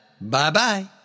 Bye-bye